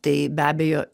tai be abejo